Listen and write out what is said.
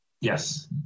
Yes